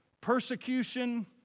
persecution